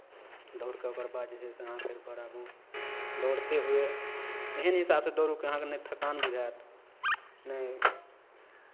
दौड़ कऽ ओकर बाद जे छै से अहाँ फेर घर आबू दौड़तै हुए एहन हिसाबसँ दौड़ू कि अहाँकेँ नहि थकान बुझायत नहि